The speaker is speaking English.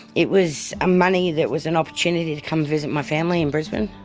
it was ah money that was an opportunity to come visit my family in brisbane.